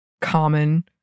common